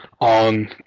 on